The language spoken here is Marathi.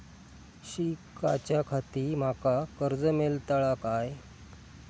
शिकाच्याखाती माका कर्ज मेलतळा काय?